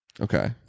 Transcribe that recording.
Okay